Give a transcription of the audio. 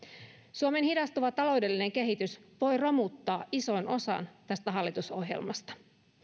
suomen hidastuva taloudellinen kehitys voi romuttaa ison osan tästä hallitusohjelmasta